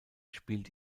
spielt